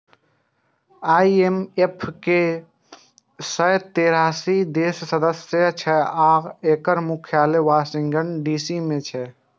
IMF के एक सय तेरासी देश सदस्य छै आ एकर मुख्यालय वाशिंगटन डी.सी मे छै